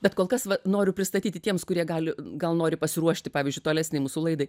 bet kol kas va noriu pristatyti tiems kurie gali gal nori pasiruošti pavyzdžiui tolesnei mūsų laidai